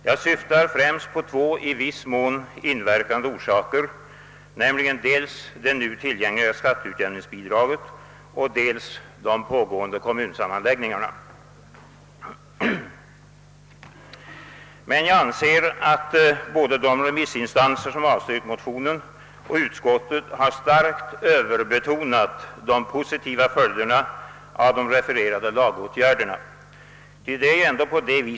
Jag syftar därvid på dels det nu tillgängliga skatteutjäm ningsbidraget, dels de pågående kommunsammanläggningarna. Jag anser emellertid att både de remissinstanser som avstyrkt motionerna och utskottet starkt har överbetonat de positiva följderna av nämnda lagåtgärder.